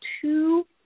two